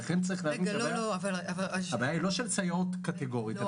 כך שהבעיה היא לא בעיה קטגורית של כלל הסייעות,